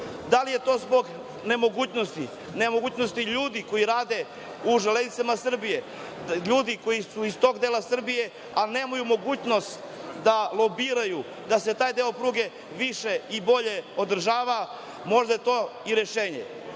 Da li je to zbog nemogućnosti ljudi koji rade u Železnicama Srbije, ljudi koji su iz tog dela Srbije a nemaju mogućnost da lobiraju da se taj deo pruge više i bolje održava, možda je to i rešenje. Ranije,